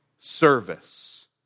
service